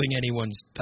anyone's